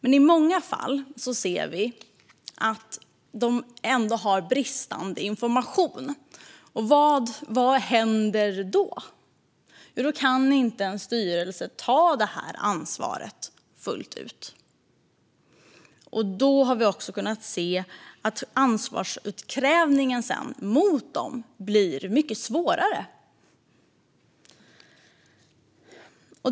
I många fall ser vi att informationen brister. Vad händer då? Då kan inte en styrelse ta ansvaret fullt ut, och då har vi sett att ansvarsutkrävandet mot dem blir mycket svårare.